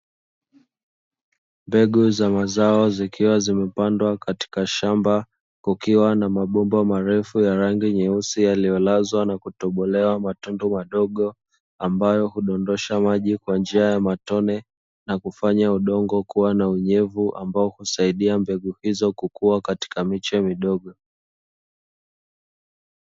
Mbegu za mazao zikiwa zimepandwa katika shamba, kukiwa na mabomba marefu ya rangi nyeusi yaliolazwa na kutobolewa matundu madogo, ambayo hudondosha maji kwa njia ya matone na kufanya udongo kuwa na unyevu ambao husaidia mbegu hizo kukuwa katika miche midogo.